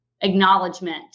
acknowledgement